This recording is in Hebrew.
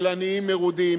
של עניים מרודים.